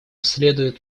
следует